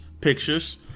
pictures